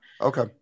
Okay